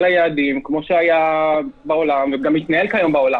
היעדים כמו שהיה בכל העולם ומתנהל כרגע בעולם.